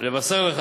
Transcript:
נבשר לך